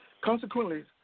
Consequently